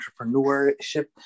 entrepreneurship